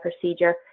procedure